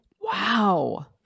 wow